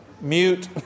mute